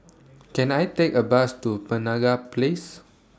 Can I Take A Bus to Penaga Place